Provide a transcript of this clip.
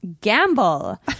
Gamble